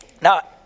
Now